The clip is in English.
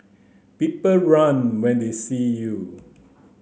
people run when they see you